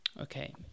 okay